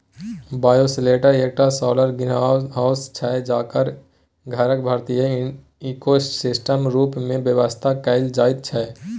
bioshelter एकटा solar greenhouse छै जकरा घरक भीतरीया इकोसिस्टम रुप मे बेबस्था कएल जाइत छै